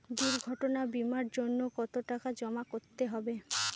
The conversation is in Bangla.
দুর্ঘটনা বিমার জন্য কত টাকা জমা করতে হবে?